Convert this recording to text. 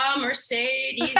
Mercedes